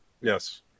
Yes